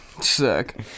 Sick